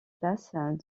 places